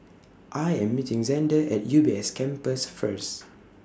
I Am meeting Zander At U B S Campus First